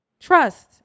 Trust